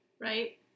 right